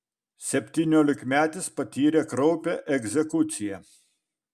septyniolikmetis patyrė kraupią egzekuciją